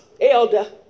elder